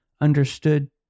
understood